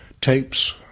tapes